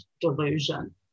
delusion